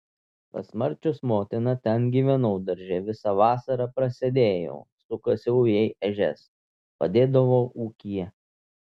pas marčios motiną ten gyvenau darže visą vasarą prasėdėjau sukasiau jai ežias padėdavau ūkyje